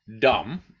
dumb